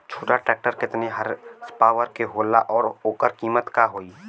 छोटा ट्रेक्टर केतने हॉर्सपावर के होला और ओकर कीमत का होई?